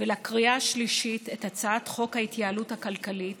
ולקריאה שלישית את הצעת חוק ההתייעלות הכלכלית